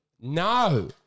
no